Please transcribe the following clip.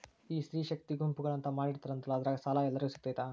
ಈ ಸ್ತ್ರೇ ಶಕ್ತಿ ಗುಂಪುಗಳು ಅಂತ ಮಾಡಿರ್ತಾರಂತಲ ಅದ್ರಾಗ ಸಾಲ ಎಲ್ಲರಿಗೂ ಸಿಗತೈತಾ?